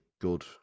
good